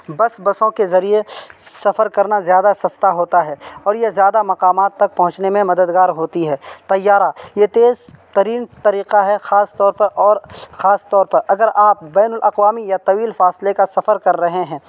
بس بسوں کے ذریعے سفر کرنا زیادہ سستا ہوتا ہے اور یہ زیادہ مقامات تک پہنچنے میں مددگار ہوتی ہے طیارہ یہ تیز ترین طریقہ ہے خاص طور پر اور خاص طور پر اگر آپ بین الاقوامی یا طویل فاصلے کا سفر کر رہے ہیں